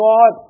God